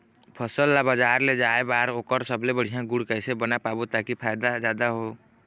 फसल ला बजार ले जाए बार ओकर सबले बढ़िया गुण कैसे बना पाबो ताकि फायदा जादा हो?